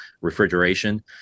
refrigeration